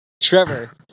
Trevor